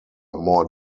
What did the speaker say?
more